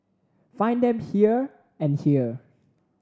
find them here and here